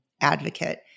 advocate